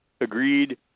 agreed